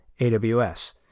AWS